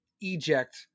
Eject